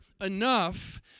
enough